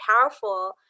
powerful